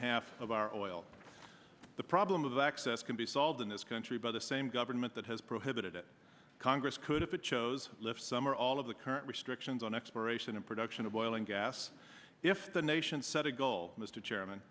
half of our oil the problem of access can be solved in this country by the same government that has prohibited it congress could if it chose lift some or all of the current restrictions on exploration and production of oil and gas if the nation set a goal mr chairman